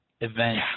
event